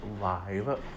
live